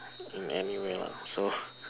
anyway lah so